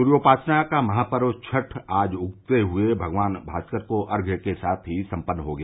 सूर्योपासना का महापर्व छठ आज उगते हुए भगवान भास्कर को अर्घ्य देने के साथ ही सम्पन्न हो गया